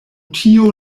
tio